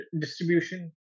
distribution